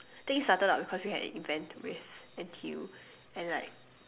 things started out because we had an event with N_T_U and like